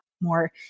more